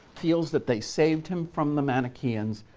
feels that they saved him from the manicheans,